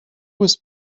was